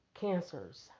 cancers